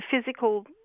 physical